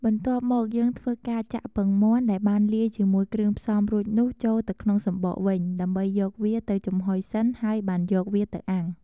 បន្ទាប់មកយើងធ្វើការចាក់ពងមាន់ដែលបានលាយជាមួយគ្រឿងផ្សំរួចនោះចូលទៅក្នុងសំបកវិញ ដើម្បីយកវាទៅចំហុយសិនហើយបានយកវាទៅអាំង។